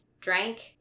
drank